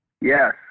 Yes